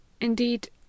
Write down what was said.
Indeed